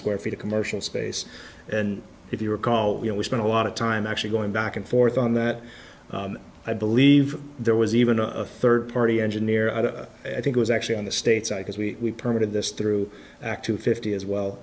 square feet of commercial space and if you recall you know we spent a lot of time actually going back and forth on that i believe there was even a third party engineer i think was actually in the states and because we permitted this through back to fifty as well